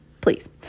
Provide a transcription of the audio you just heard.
please